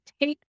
take